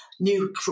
new